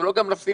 הוא לא גם לשים